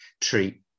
treat